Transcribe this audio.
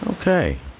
Okay